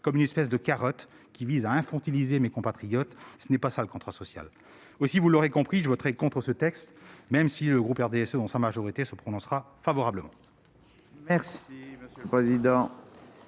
comme une espèce de carotte, qui revient à infantiliser nos compatriotes. Ce n'est pas cela, le contrat social ! Aussi, vous l'aurez compris, je voterai contre ce texte, même si le groupe RDSE dans sa majorité se prononcera favorablement. La parole est